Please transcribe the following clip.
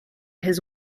his